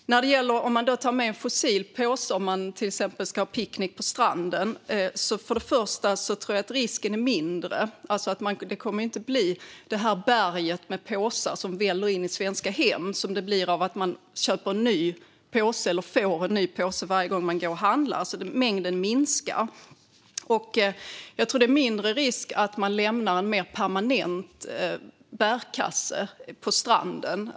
Om man tar med sig en fossil påse när man till exempel ska ha picknick på stranden tror jag att risken är mindre att man slänger den. Det kommer inte att bli det berg av påsar som väller in i svenska hem som det blir när man köper eller får en ny påse varje gång man går och handlar. Mängden kommer att minska. Jag tror också att det är mindre risk att man lämnar en mer permanent bärkasse på stranden.